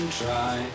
try